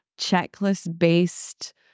checklist-based